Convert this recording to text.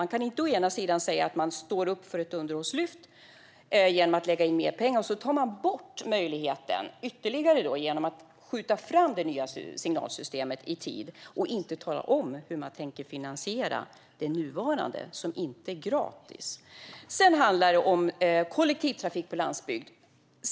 Man kan inte å ena sidan säga att man står upp för ett underhållslyft genom att lägga in mer pengar och å andra sidan ta bort möjligheten genom att skjuta det nya signalsystemet på framtiden - och inte tala om hur man tänker finansiera det nuvarande, som inte är gratis. Sedan handlar det om kollektivtrafik på landsbygd.